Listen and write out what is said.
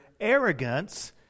arrogance